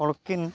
ᱦᱚᱲᱠᱤᱱ